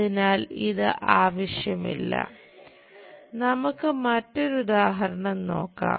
അതിനാൽ ഇത് ആവശ്യമില്ല നമുക്ക് മറ്റൊരു ഉദാഹരണം നോക്കാം